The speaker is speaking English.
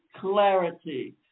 clarity